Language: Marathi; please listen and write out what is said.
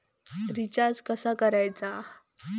रिचार्ज कसा करायचा?